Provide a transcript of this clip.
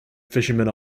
fishermen